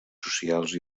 socials